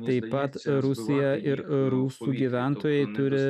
taip pat rusija ir rusų gyventojai turi